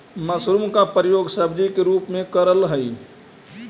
mushroom का प्रयोग सब्जी के रूप में करल हई